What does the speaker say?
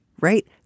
right